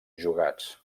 jugats